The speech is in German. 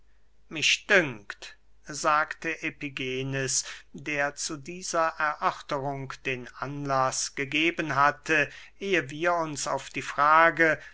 mich dünkt sagte epigenes der zu dieser erörterung den anlaß gegeben hatte ehe wir uns auf die frage